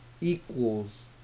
equals